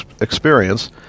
experience